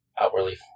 outwardly